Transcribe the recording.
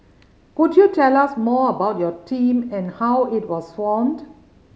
could you tell us more about your team and how it was formed